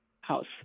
house